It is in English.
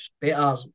better